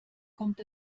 kommt